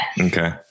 Okay